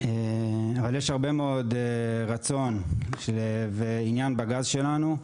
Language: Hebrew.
אבל יש הרבה מאוד רצון ועניין בגז שלנו,